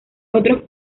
otros